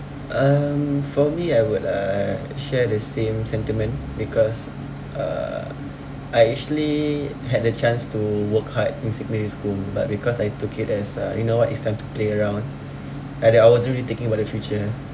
um for me I would uh share the same sentiment because uh I actually had the chance to work hard in secondary school but because I took it as uh you know it's time to play around and that I wasn't really thinking about the future